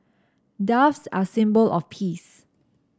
doves are a symbol of peace